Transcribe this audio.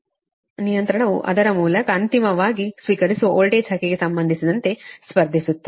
ಆದ್ದರಿಂದ ವೋಲ್ಟೇಜ್ ನಿಯಂತ್ರಣವು ಅವರ ಮೂಲತಃ ಅಂತಿಮವಾಗಿ ಸ್ವೀಕರಿಸುವ ವೋಲ್ಟೇಜ್ ಹಕ್ಕಿಗೆ ಸಂಬಂಧಿಸಿದಂತೆ ಸ್ಪರ್ಧಿಸುತ್ತದೆ